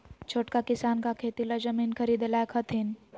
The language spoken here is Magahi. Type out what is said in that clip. छोटका किसान का खेती ला जमीन ख़रीदे लायक हथीन?